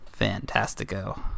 Fantastico